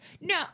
No